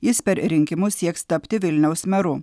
jis per rinkimus sieks tapti vilniaus meru